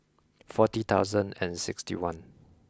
forty thousand and sixty one